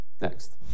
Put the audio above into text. next